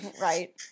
Right